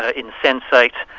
ah insensate,